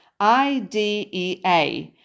idea